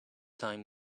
time